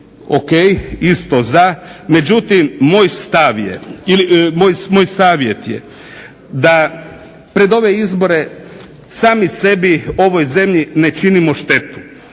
O.k. Isto za. Međutim, moj stav je ili moj savjet je da pred ove izbore sami sebi ovoj zemlji ne činimo štetu.